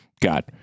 got